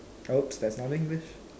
oops that's not English